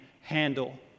handle